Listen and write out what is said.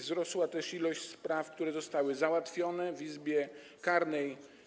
Wzrosła też ilość spraw, które zostały załatwione w Izbie Karnej.